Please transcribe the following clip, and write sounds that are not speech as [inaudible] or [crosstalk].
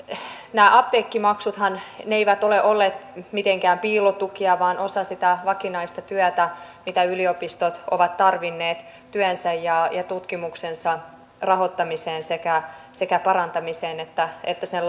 nämä apteekkimaksuthan eivät ole olleet mitään piilotukia vaan osa sitä vakinaista työtä mitä yliopistot ovat tarvinneet työnsä ja tutkimuksensa rahoittamiseen sekä sen parantamiseen että että sen [unintelligible]